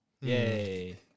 Yay